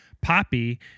Poppy